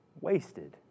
Wasted